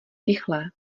rychlé